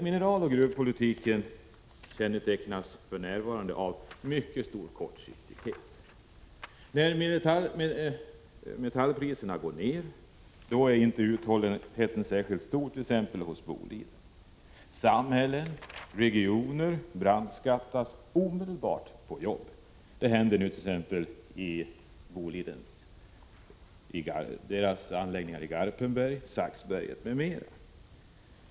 Mineraloch gruvpolitiken kännetecknas för närvarande av mycket stor kortsiktighet. När metallpriserna går ned är inte uthålligheten särskilt stor host.ex. Boliden. Samhällen och regioner brandskattas omedelbart på jobb. Det hände t.ex. i Bolidens anläggningar i Garpenberg och Saxberget.